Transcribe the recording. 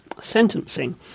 sentencing